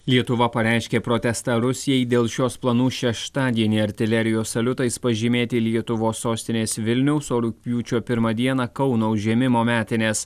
lietuva pareiškė protestą rusijai dėl šios planų šeštadienį artilerijos saliutais pažymėti lietuvos sostinės vilniaus o rugpjūčio pirmą dieną kauno užėmimo metines